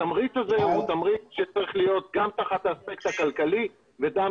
התמריץ הזה צריך להיות באספקט כלכלי וגם